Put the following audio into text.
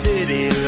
City